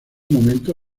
momento